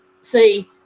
See